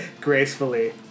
gracefully